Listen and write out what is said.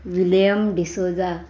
William D'Souza